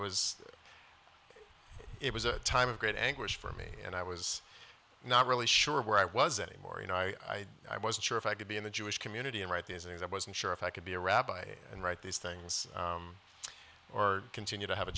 was it was a time of great anguish for me and i was not really sure where i was anymore you know i i wasn't sure if i could be in the jewish community and write these things i wasn't sure if i could be a rabbi and write these things or continue to have a